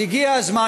אז הגיע הזמן,